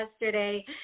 yesterday